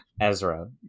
Ezra